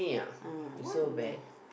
uh what will